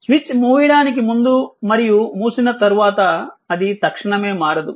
switch మూయడానికి ముందు మరియు మూసిన తర్వాత అది తక్షణమే మారదు